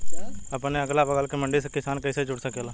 अपने अगला बगल के मंडी से किसान कइसे जुड़ सकेला?